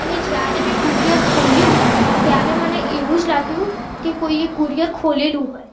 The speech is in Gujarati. અને જ્યારે મેં કુરિયર ખોલ્યું ત્યારે મને એવું જ લાગ્યું કે કોઈએ કુરિયર ખોલેલું હોય